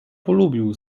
polubił